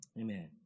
amen